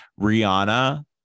Rihanna